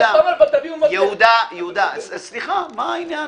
ואתה אומר, תביאו מודל --- סליחה, מה העניין?